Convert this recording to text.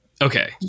Okay